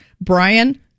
Brian